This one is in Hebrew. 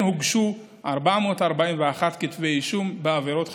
הוגשו 441 כתבי אישום בעבירות חקלאיות,